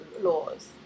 laws